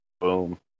boom